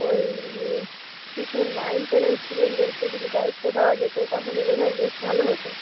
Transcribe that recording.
ওই কিছু নাইন টেনের স্টুডেনদেরকে যদি দায়িত্ব দেওয়া যেতো তাহলে বোধয় বেশ ভালো হতো